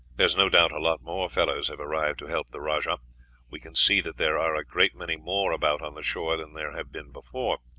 there is no doubt a lot more fellows have arrived to help the rajah we can see that there are a great many more about on the shore than there have been before.